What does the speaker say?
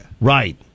Right